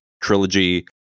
trilogy